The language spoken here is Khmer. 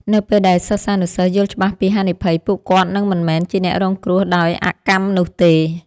នៅពេលដែលសិស្សានុសិស្សយល់ច្បាស់ពីហានិភ័យ ពួកគាត់នឹងមិនមែនជាអ្នករងគ្រោះដោយអកម្មនោះទេ។